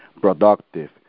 productive